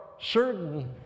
certain